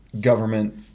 government